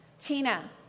Tina